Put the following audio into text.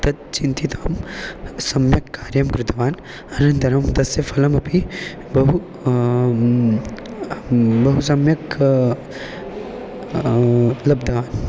तत् चिन्तितं सम्यक् कार्यं कृतवान् अनन्तरं तस्य फलमपि बहु बहु सम्यक् लब्धवान्